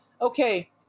okay